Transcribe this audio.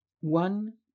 one